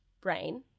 brain